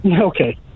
okay